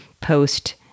post